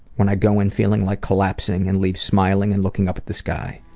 when i go in feeling like collapsing and leave smiling and looking up at the sky.